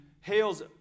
hails